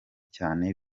cyane